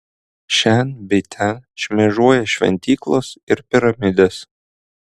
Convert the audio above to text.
šen bei ten šmėžuoja šventyklos ir piramidės